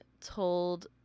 told